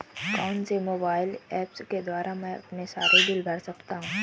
कौनसे mobile apps के द्वारा मैं अपने सारे बिल भर सकता हूं?